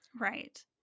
Right